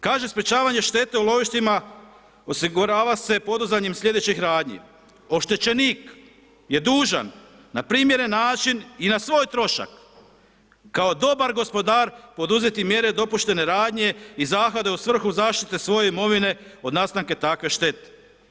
Kaže sprečavanje štete u lovištima osigurava se poduzimanjem sljedećih radnji, oštećenik je dužan na primjeren način i na svoj trošak, kao dobar gospodar poduzeti mjere dopuštene radnje i zahvate u svrhu zaštite svoje imovine od nastanka takve štete.